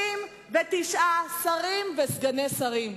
39 שרים וסגני שרים.